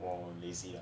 oh lazy ah